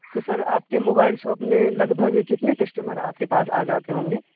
تو سر آپ کے موبائل شاپ میں لگ بھگ کتنے کسٹمر آپ کے پاس آ جاتے ہوں گے